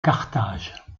carthage